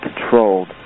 controlled